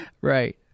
Right